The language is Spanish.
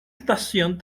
estación